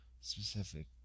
specific